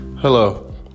Hello